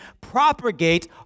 propagate